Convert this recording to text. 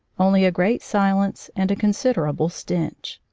only a great silence and a considerable stench.